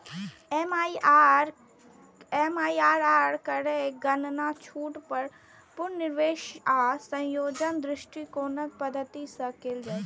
MIRR केर गणना छूट, पुनर्निवेश आ संयोजन दृष्टिकोणक पद्धति सं कैल जाइ छै